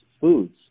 foods